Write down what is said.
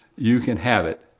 you can have it.